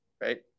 right